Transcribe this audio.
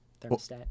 Thermostat